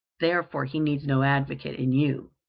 therefore he needs no advocate in you.